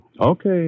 Okay